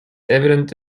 evident